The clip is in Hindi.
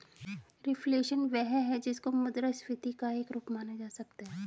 रिफ्लेशन वह है जिसको मुद्रास्फीति का एक रूप माना जा सकता है